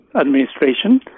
administration